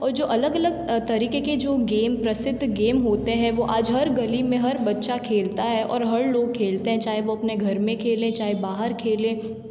और जो अलग अलग तरीक़े के जो गेम प्रसिद्ध गेम होते हैं वह आज हर गली में हर बच्चा खेलता है और हर लोग खेलते हैं चाहे वह अपने घर में खेलें चाहे बाहर खेलें